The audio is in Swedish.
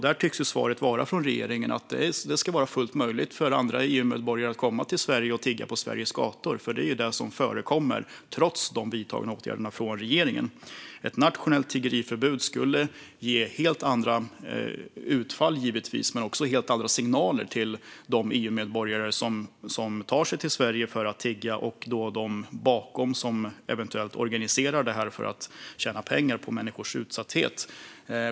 Där tycks ju svaret från regeringen vara att det ska vara fullt möjligt för andra EU-medborgare att komma till Sverige och tigga på Sveriges gator. Det är ju det som förekommer, trots de vidtagna åtgärderna från regeringen. Ett nationellt tiggeriförbud skulle ge helt andra utfall, givetvis, men också helt andra signaler till de EU-medborgare som tar sig till Sverige för att tigga och de som ligger bakom det hela och eventuellt organiserar det för att tjäna pengar på människors utsatthet.